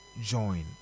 join